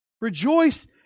Rejoice